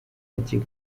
agiye